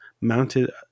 mounted